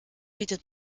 bietet